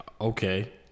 Okay